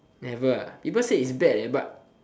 never ah people say it's bad leh but